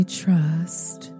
trust